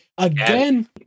Again